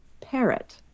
parrot